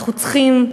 אנחנו צריכים,